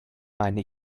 meine